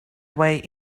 way